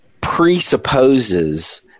presupposes